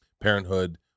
parenthood